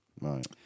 Right